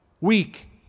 Weak